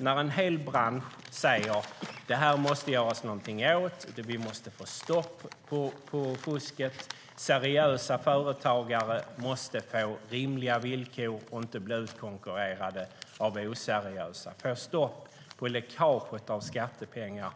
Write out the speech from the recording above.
när en hel bransch säger att detta måste göras någonting åt. Man måste få stopp på fusket. Seriösa företagare måste få rimliga villkor för att inte bli utkonkurrerade av oseriösa företag. Det måste bli stopp för läckaget av skattepengar.